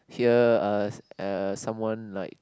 hear uh uh someone like